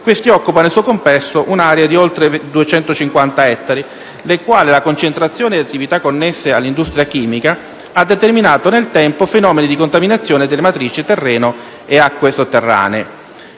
questi occupa nel suo complesso un'area di oltre 250 ettari, nella quale la concentrazione di attività connesse all'industria chimica ha determinato nel tempo fenomeni di contaminazione delle matrici del terreno e delle acque sotterranee.